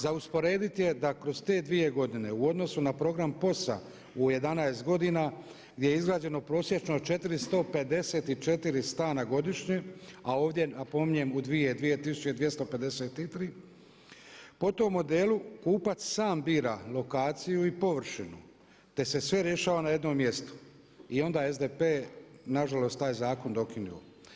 Za usporediti je da kroz te dvije godine u odnosu na program POS-a u 11 godina gdje je izgrađeno prosječno 454 stana godišnje a ovdje napominjem u 2253 po tom modelu kupac sam bila lokaciju i površinu te se sve rješava na jednom mjestu i onda SDP nažalost taj zakon je dokinuo.